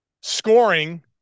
scoring